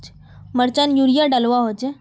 मिर्चान यूरिया डलुआ होचे?